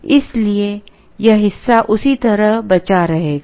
इसलिए यह हिस्सा उसी तरह बचा रहेगा